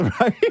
Right